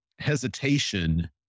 Hesitation